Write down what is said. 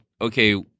okay